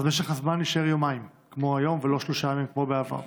אז משך הזמן יישאר יומיים כמו היום ולא שלושה ימים כמו בעבר?